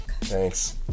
Thanks